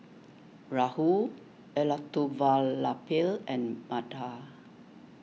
Rahul Elattuvalapil and Medha